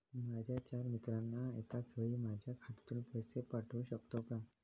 माझ्या चार मित्रांना एकाचवेळी माझ्या खात्यातून पैसे पाठवू शकतो का?